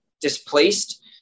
displaced